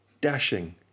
Dashing